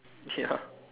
ya